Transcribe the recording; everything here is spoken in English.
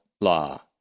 law